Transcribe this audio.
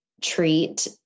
treat